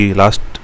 last